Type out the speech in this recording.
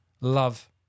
love